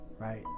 right